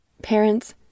Parents